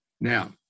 Now